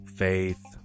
faith